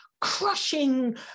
crushing